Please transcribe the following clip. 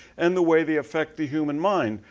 and the way they affect the human mind.